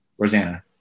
Rosanna